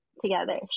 together